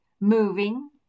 Moving